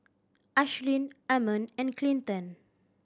Ashlynn Ammon and Clinton